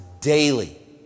daily